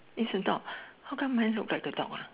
is a dog how come mine look like a dog ah